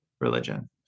religion